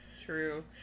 True